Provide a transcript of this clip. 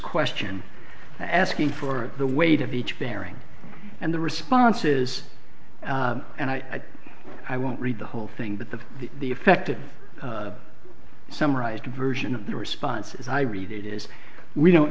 question asking for the weight of each bearing and the response is and i think i won't read the whole thing but the the effective summarized version of the response as i read it is we don't